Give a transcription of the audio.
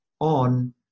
on